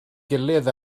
gilydd